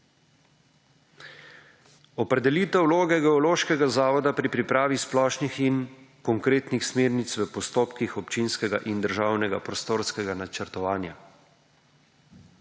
Opredelitev vloge geološkega zavoda pri pripravi splošnih in konkretnih smernic v postopkih občinskega in državnega prostorskega načrtovanja.